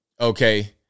Okay